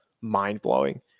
mind-blowing